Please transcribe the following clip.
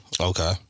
okay